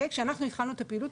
כשאנחנו התחלנו את הפעילות,